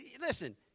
Listen